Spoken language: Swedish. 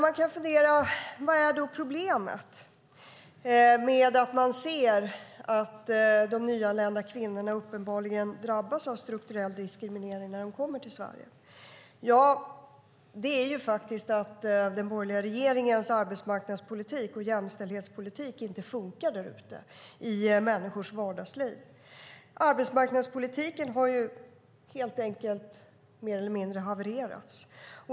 Man kan fundera på vad problemet är när man ser att de nyanlända kvinnorna drabbas av strukturell diskriminering när de kommer till Sverige. Det är att den borgerliga regeringens arbetsmarknadspolitik och jämställdhetspolitik inte funkar där ute i människors vardagsliv. Arbetsmarknadspolitiken har helt enkelt mer eller mindre havererat.